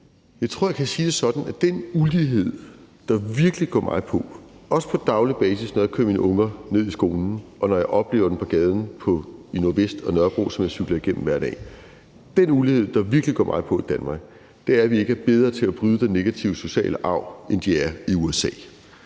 Jeg tror, at jeg kan sige det sådan, at den ulighed, der virkelig går mig på i Danmark – også på daglig basis, når jeg kører mine unger ned i skolen, og når jeg oplever den på gaden i Nordvest og på Nørrebro, som jeg cykler igennem hver dag – er, at vi ikke er bedre til at bryde den negative sociale arv, end de er i USA.